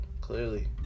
clearly